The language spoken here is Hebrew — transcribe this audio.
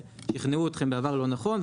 שכנעו אותכם בעבר לא נכון,